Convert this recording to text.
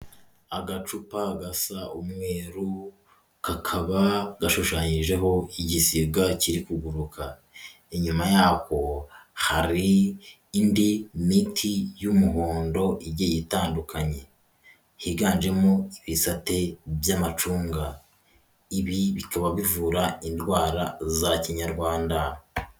Agacupa gasa umweru, kakaba gashushanyijeho igisiga kiri kuguruka inyuma yako hari indi miti y'umuhondo igiye itandukanye, higanjemo ibisate by'amacunga, ibi bikaba bivura indwara za Kinyarwanda.